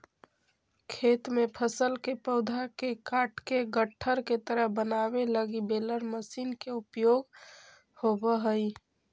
खेत में फसल के पौधा के काटके गट्ठर के तरह बनावे लगी बेलर मशीन के उपयोग होवऽ हई